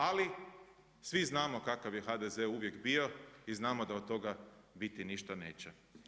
Ali svi znamo kakav je HDZ uvijek bio i znamo da od toga biti ništa neće.